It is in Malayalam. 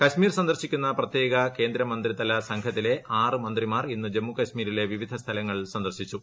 കൾമീർ സന്ദർശിക്കുന്ന പ്രത്യേക കേന്ദ്രമന്ത്രി തല സംഘത്തിലെ ആറ് മന്ത്രിമാർ ഇന്ന് ജമ്മുകശ്മീരിലെ വിവിധ സ്ഥലങ്ങൾ സന്ദർശിച്ചു